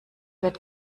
wird